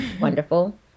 wonderful